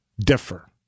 differ